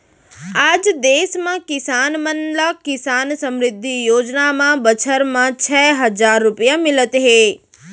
आज देस म किसान मन ल किसान समृद्धि योजना म बछर म छै हजार रूपिया मिलत हे